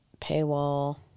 Paywall